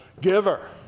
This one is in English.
giver